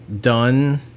done